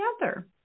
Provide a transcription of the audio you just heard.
together